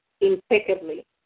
impeccably